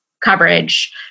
coverage